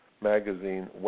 Magazine